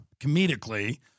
comedically